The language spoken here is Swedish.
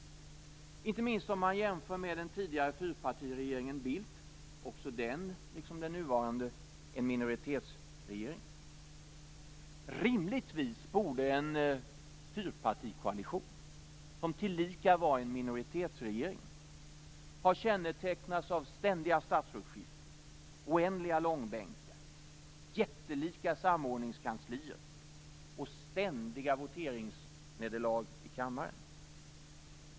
Det är det inte minst om man jämför med den tidigare fyrpartiregeringen Bildt, också den liksom den nuvarande regeringen en minoritetsregering. Rimligtvis borde en fyrpartikoalition, som tillika var en minoritetsregering, ha kännetecknats av ständiga statsrådsskiften, oändliga långbänkar, jättelika samordningskanslier och ständiga voteringsnederlag i kammaren.